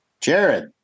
Jared